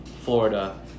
Florida